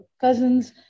cousins